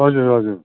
हजुर हजुर